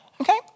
Okay